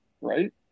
right